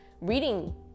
reading